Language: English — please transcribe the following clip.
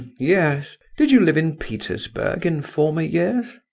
yes did you live in petersburg in former years?